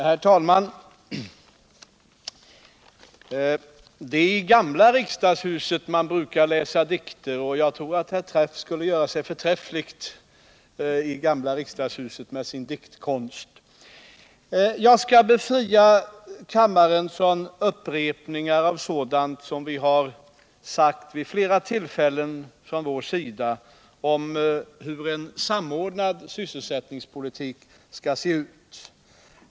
Herr talman! Det är i gamla riksdagshuset man brukar läsa dikter. Jag tror att Sven-Olov Träff där skulle göra sig förträffligt med sin diktkonst. Jag skall befria kammaren från upprepningar av sådant som vi från socialdemokratiskt håll vid flera tillfällen sagt om hur en samordnad sysselsättningspolitik skall se ut.